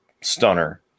stunner